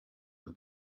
have